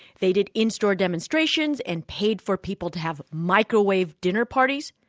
they did in-store demonstrations and paid for people to have microwave dinner parties.